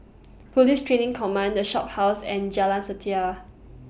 Police Training Command The Shophouse and Jalan Setia